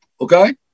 Okay